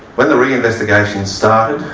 when the reinvestigation started,